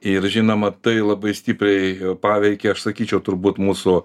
ir žinoma tai labai stipriai paveikė aš sakyčiau turbūt mūsų